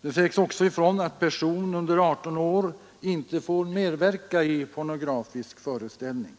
Det sägs också ifrån att person under 18 år inte får medverka i pornografisk föreställning.